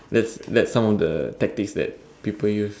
that's that's some of the tactics that people use